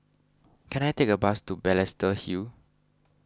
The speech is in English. can I take a bus to Balestier Hill